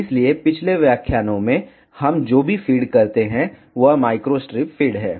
इसलिए पिछले व्याख्यानों में हम जो भी फ़ीड करते हैं वह माइक्रोस्ट्रिप फीड है